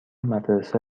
مدرسه